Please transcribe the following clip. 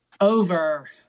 Over